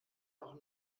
auch